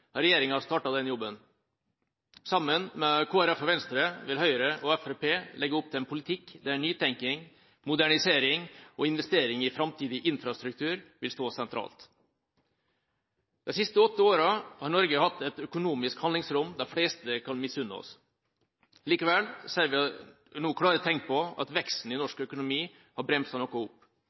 regjeringa startet denne jobben. Sammen med Kristelig Folkeparti og Venstre vil Høyre og Fremskrittspartiet legge opp til en politikk der nytenking, modernisering og investering i framtidig infrastruktur vil stå sentralt. De siste åtte årene har Norge hatt et økonomisk handlingsrom de fleste kan misunne oss. Likevel ser vi nå klare tegn på at veksten i norsk økonomi har bremset noe opp.